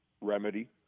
remedy